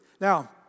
Now